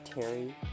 Terry